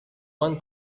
one